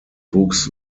wuchs